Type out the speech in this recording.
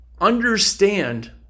Understand